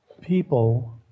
people